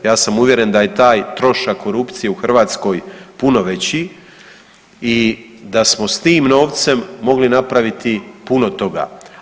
Ja sam uvjeren da je taj trošak korupcije u Hrvatskoj puno veći i da smo s tim novcem mogli napraviti puno toga.